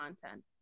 content